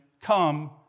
come